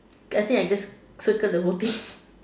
I think I just circle the whole thing